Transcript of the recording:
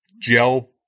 gel